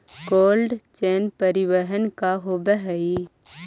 Cold chain परिवहन का होव हइ?